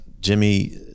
jimmy